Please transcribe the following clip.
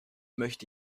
möchte